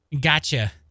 gotcha